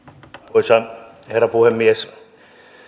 arvoisa herra puhemies